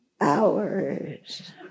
hours